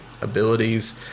abilities